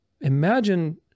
imagine